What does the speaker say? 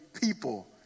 people